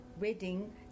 wedding